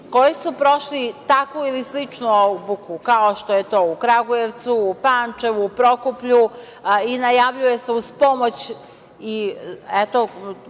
koji su prošli takvu ili sličnu obuku, kao što je to u Kragujevcu, Pančevu, Prokuplju i najavljuje se, uz pomoć,